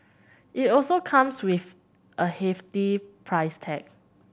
it also comes with a hefty price tag